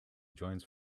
joins